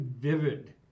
vivid